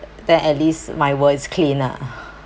then at least my world is clean ah